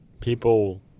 people